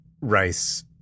rice